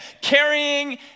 carrying